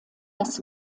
das